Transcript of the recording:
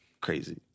crazy